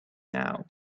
now